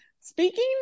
Speaking